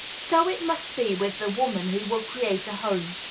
so it must be with the woman who will create a home.